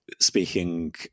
speaking